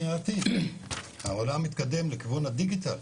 העולם מתקדם לכיוון הדיגיטלי,